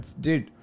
dude